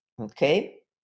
Okay